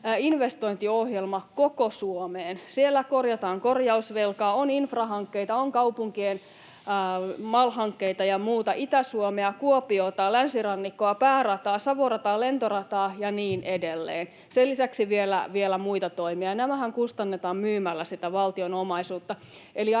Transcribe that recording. investointiohjelman koko Suomeen. Siellä korjataan korjausvelkaa, on infrahankkeita, on kaupunkien MAL-hankkeita ja muuta, Itä-Suomea, Kuopiota, länsirannikkoa, päärataa, Savon rataa, lentorataa ja niin edelleen. Sen lisäksi on vielä muita toimia. Nämähän kustannetaan myymällä valtion omaisuutta,